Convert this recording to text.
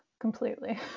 Completely